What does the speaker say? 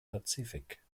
pazifik